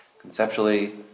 Conceptually